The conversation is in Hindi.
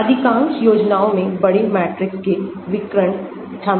अधिकांश योजनाओं में बड़े मैट्रिक्स के विकर्ण शामिल हैं